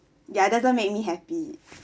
ya doesn't make me happy